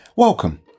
Welcome